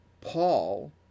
Paul